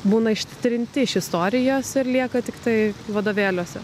būna ištrinti iš istorijos ir lieka tiktai vadovėliuose